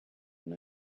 and